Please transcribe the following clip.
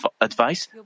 advice